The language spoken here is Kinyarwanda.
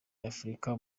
y’afurika